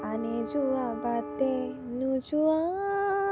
আন যোৱা বাটে নোযোৱা